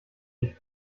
nicht